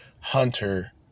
hunter